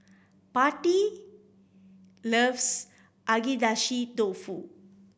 Patti loves Agedashi Dofu